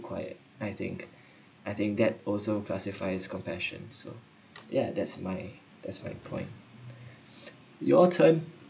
quite I think I think that also classify as compassion so ya that's my that's my point your turn